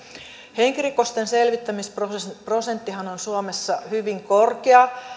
henkirikosten selvittämisprosenttihan on suomessa hyvin korkea